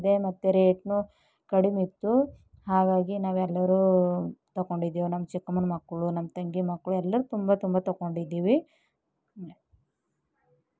ದೆ ಮತ್ತು ರೇಟ್ನೂ ಕಡಿಮಿತ್ತು ಹಾಗಾಗಿ ನಾವೆಲ್ಲರೂ ತಗೊಂಡಿದ್ದೇವು ನಮ್ಮ ಚಿಕ್ಕಮ್ಮನ ಮಕ್ಕಳು ನಮ್ಮ ತಂಗಿ ಮಕ್ಕಳು ಎಲ್ಲರೂ ತುಂಬ ತುಂಬ ತಗೊಂಡಿದ್ದೀವಿ